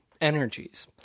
energies